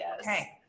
Okay